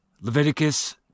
Leviticus